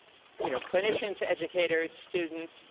you know clinicians, educators, students,